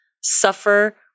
suffer